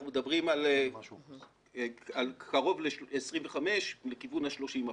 אנחנו מדברים על קרוב ל-25 לכיוון ה-30 אחוזים.